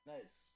Nice